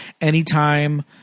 anytime